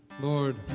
Lord